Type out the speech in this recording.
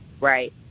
right